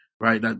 Right